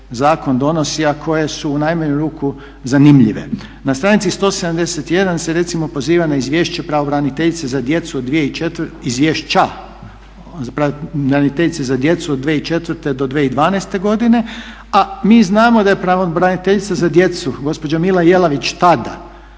zakon donosi, a koje su u najmanju ruku zanimljive. Na stranici 171. se recimo poziva na izvješća pravobraniteljice za djecu od 2004. do 2012. godine, a mi znamo da je pravobraniteljica za djecu gospođa Mila Jelavić tada